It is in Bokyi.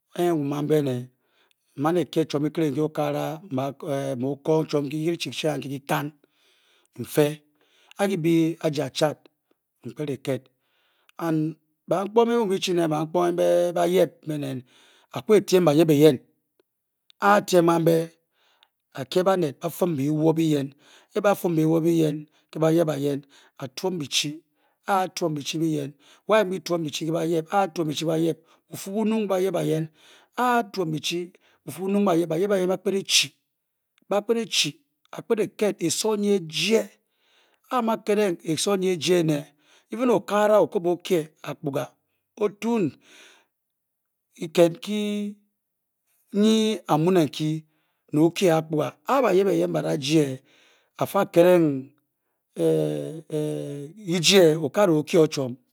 N-man e kyie chiom kikure mu okagara mu kor chiom ke oshio chi kanki-gi-kan nfe a-gi-bi aje achad mpket e-eked bangkonghed mu-bi-chi neng bangkonghe be’ bayep beneng akpek a-tiem bayeh eyen a-tiem kan-be akpet o-kyie baned bafum benoub be-yen ke-bafam bewoub be-yen-ke bayep-kayen, atuom bichi bi-yen-y’-be tuom bichi bayeb na-tuom bichi bayeb bofu bu-nung ke bayeb bayeb bayen ba-kpe achii. ba-kpet a-chi, ba-kpet ejed esor me-eyie, aa-mna ke-deng esor mu-eyie eveṉ owagara o-ku-be-kyie akouga. o-shuom-kiked- nhi amuneng-ki ne-kyi o akpuga a-bayep- eyen ba-da jie a-faie-kedeng ki-jie deagara o-kyi-o chiom.